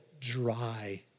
dry